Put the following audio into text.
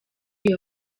iyo